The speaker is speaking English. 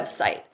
website